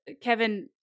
Kevin